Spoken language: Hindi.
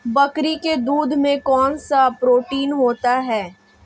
बकरी के दूध में कौनसा प्रोटीन होता है?